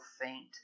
faint